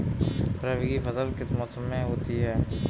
रबी की फसल किस मौसम में होती है?